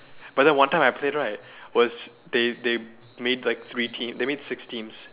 but then one time I played right was they they made like three team they made six teams